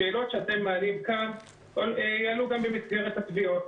השאלות שאתם מעלים כאן יעלו גם במסגרת התביעות.